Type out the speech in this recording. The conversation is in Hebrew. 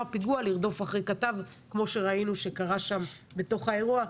פיגוע לרדוף אחרי כתב כמו שראינו שקרה שם בתוך האירוע.